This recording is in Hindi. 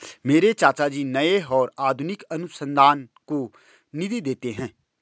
मेरे चाचा जी नए और आधुनिक अनुसंधान को निधि देते हैं